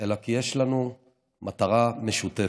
אלא כי יש לנו מטרה משותפת,